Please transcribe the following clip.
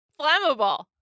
flammable